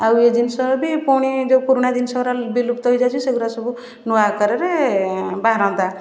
ଆଉ ଏ ଜିନଷ ବି ପୁଣି ଯେଉଁ ପୁରୁଣା ଜିନିଷଗୁଡ଼ା ବିଲୁପ୍ତ ହେଇଯାଉଛି ସେଗୁଡ଼ା ସବୁ ନୂଆ ଆକାରରେ ବାହାରନ୍ତା